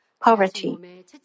Poverty